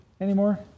anymore